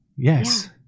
Yes